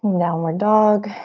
downward dog,